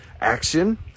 action